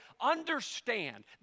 Understand